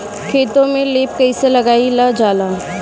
खेतो में लेप कईसे लगाई ल जाला?